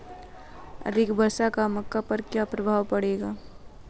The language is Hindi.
अधिक वर्षा का मक्का पर क्या प्रभाव पड़ेगा?